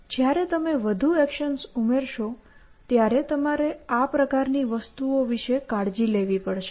જ્યારે તમે વધુ એક્શન્સ ઉમેરશો ત્યારે તમારે આ પ્રકારની વસ્તુઓ વિશે કાળજી લેવી પડશે